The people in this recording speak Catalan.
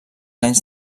anys